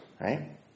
right